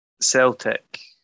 Celtic